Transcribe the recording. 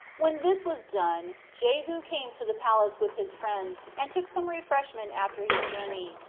when this was done, jehu came to the palace with his friends, and took some refreshment after his journey,